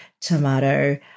tomato